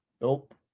Nope